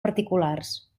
particulars